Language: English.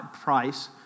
price